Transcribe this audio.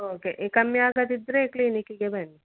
okay ಈ ಕಮ್ಮಿ ಆಗದಿದ್ದರೆ ಕ್ಲಿನಿಕಿಗೆ ಬನ್ನಿ